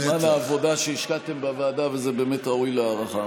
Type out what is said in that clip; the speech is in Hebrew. זמן העבודה שהשקעתם בוועדה באמת ראוי להערכה.